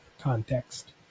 context